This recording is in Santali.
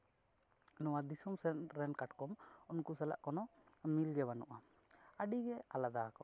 ᱱᱚᱣᱟ ᱫᱤᱥᱚᱢ ᱥᱮᱫᱨᱮᱱ ᱠᱟᱴᱠᱚᱢ ᱩᱱᱠᱩ ᱥᱟᱞᱟᱜ ᱠᱚᱱᱳ ᱢᱤᱞ ᱜᱮ ᱵᱟᱹᱱᱩᱜᱼᱟ ᱟᱹᱰᱤ ᱜᱮ ᱟᱞᱟᱫᱟᱣᱟᱠᱚ